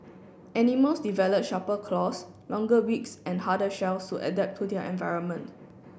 animals develop sharper claws longer beaks and harder shells to adapt to their environment